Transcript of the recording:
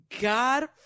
god